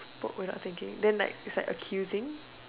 poke without thinking then like it's like accusing